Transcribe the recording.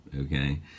okay